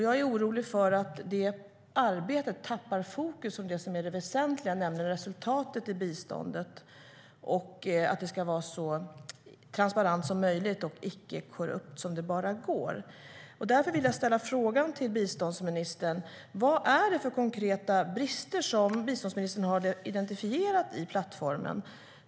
Jag är orolig för att arbetet tappar fokus på det väsentliga, nämligen resultatet i biståndet och att det ska vara så transparent och icke-korrumperat som det bara går. Därför vill jag fråga biståndsministern vad det är för konkreta brister som hon har identifierat i plattformen.